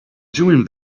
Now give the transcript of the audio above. doing